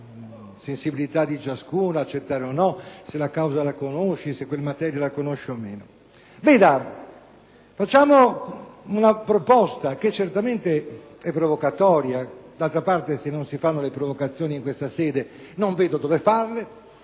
sensibilità di ciascuno accettare o meno, se la causa la conosce, se quella materia la conosce o meno. Però facciamo una proposta, che certamente è provocatoria (d'altra parte se non si fanno le provocazioni in questa sede non vedo dove farle):